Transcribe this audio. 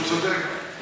הוא צודק, זה שייך לפנים.